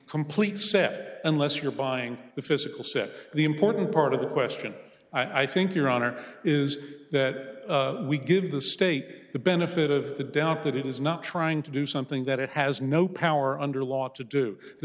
complete set unless you're buying the physical set the important part of the question i think your honor is that we give the state the benefit of the doubt that it is not trying to do something that it has no power under law to do the